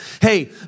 hey